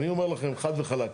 אני אומר לכם חד וחלק,